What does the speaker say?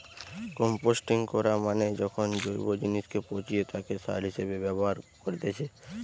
composting করা মানে যখন জৈব জিনিসকে পচিয়ে তাকে সার হিসেবে ব্যবহার করেতিছে